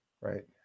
Right